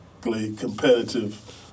competitive